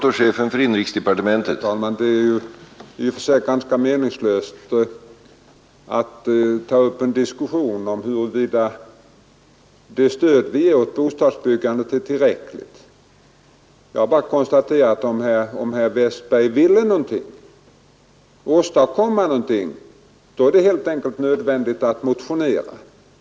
Herr talman! Det är i och för sig ganska meningslöst att ta upp en diskussion om huruvida det stöd vi ger åt bostadsbyggandet är tillräckligt. Jag har bara konstaterat att om herr Westberg i Ljusdal vill åstadkomma någonting är det helt enkelt nödvändigt att han motionerar.